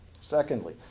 Secondly